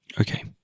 Okay